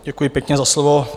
Děkuji pěkně za slovo.